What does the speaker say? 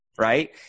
right